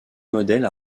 modèle